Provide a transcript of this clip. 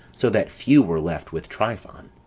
so that few were left with tryphon.